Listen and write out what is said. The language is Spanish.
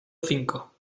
cinco